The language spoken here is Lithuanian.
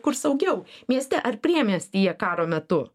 kur saugiau mieste ar priemiestyje karo metu